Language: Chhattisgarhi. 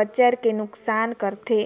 कचर के नुकनास करथे